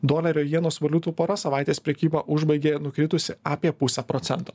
dolerio jenos valiutų pora savaitės prekybą užbaigė nukritusi apie pusę procento